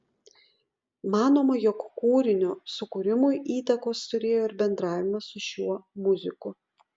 manoma jog kūrinio sukūrimui įtakos turėjo ir bendravimas su šiuo muziku